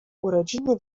urodziny